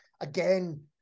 again